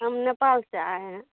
हम नेपाल से आये है